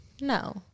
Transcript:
No